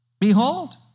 Behold